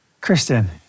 Kristen